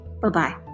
Bye-bye